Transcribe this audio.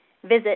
Visit